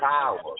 power